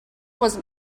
was